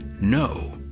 no